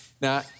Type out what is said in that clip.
Now